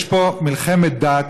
יש פה מלחמת דת.